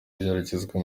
igeragezwa